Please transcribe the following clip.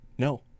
No